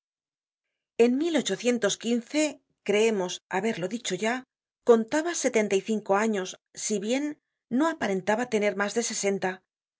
en creemos haberlo ya dicho contaba setenta y cinco años si bien no aparentaba tener mas de sesenta